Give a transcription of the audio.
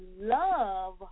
love